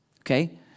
Okay